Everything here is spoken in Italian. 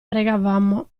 pregavamo